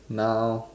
now